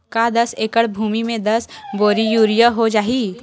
का दस एकड़ भुमि में दस बोरी यूरिया हो जाही?